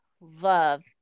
love